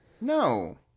no